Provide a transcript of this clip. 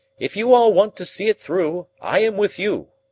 if you all want to see it through i am with you.